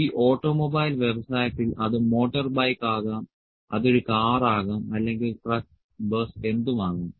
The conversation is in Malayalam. ഈ ഓട്ടോമൊബൈൽ വ്യവസായത്തിൽ അത് മോട്ടോർ ബൈക്ക് ആകാം അത് ഒരു കാർ ആകാം അല്ലെങ്കിൽ ട്രക്ക് ബസ് എന്തും ആകാം